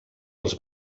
els